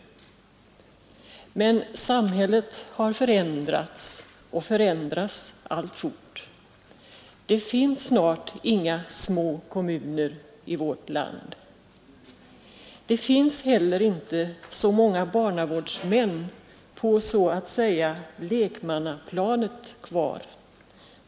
Men samhället har förändrats och förändras alltfort. Det finns snart inga små kommuner i vårt land. Det finns heller inte så många barnavårdsmän på så att säga lekmannaplanet kvar.